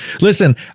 Listen